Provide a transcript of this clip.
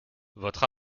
votre